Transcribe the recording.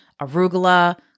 arugula